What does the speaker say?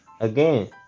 again